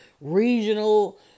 regional